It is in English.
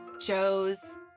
joe's